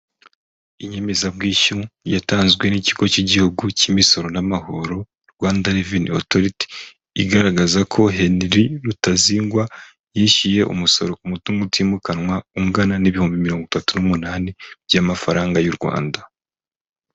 Inyemezabwishyu yatanzwe n'ikigo cy'igihugu cy'imisoro n'amahoro Rwanda reveni Otoriti, igaragaza ko Henry Rutazingwa, yishyuye umusoro ku mutungo utimukanwa ungana n'ibihumbi mirongo itatu n'umunani by'amafaranga y'u Rwanda.